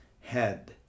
head